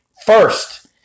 First